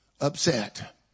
upset